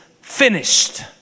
finished